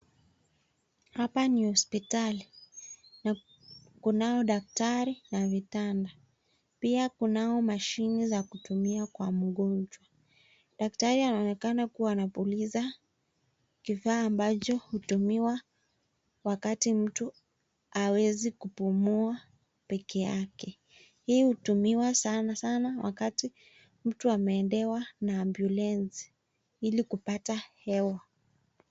Hapa ni hospitali na kunao daktari na vitanda pia kunao mashine ya kutumia kwa mgonjwa. Daktari anaoneka kuwa anapuliza kifaa ambacho hutumiwa wakati mtu hawezi kupumua pekee yake. Hii hutumiwa sana sana wakati mtu ameendewa na ambulensi ili kupata hewa.